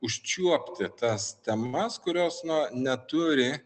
užčiuopti tas temas kurios na neturi